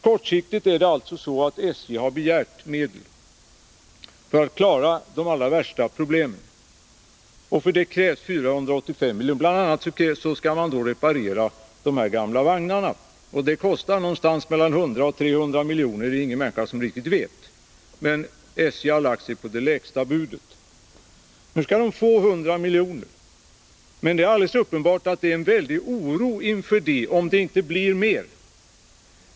Kortsiktigt är det alltså så, att SJ har begärt medel för att klara de allra värsta problemen, och för det krävs 485 milj.kr. Bl. a. skall man reparera dessa gamla vagnar. Det kostar mellan 100 och 300 milj.kr. Exakt hur mycket det kostar är det ingen människa som riktigt vet, men SJ har stannat för det lägsta budet. Nu skall SJ få 100 milj.kr. Men det är alldeles uppenbart att det finns en väldig oro inför vad som skall hända om det inte blir mer.